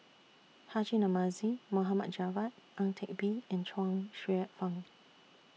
Haji Namazie Mohd Javad Ang Teck Bee and Chuang Hsueh Fang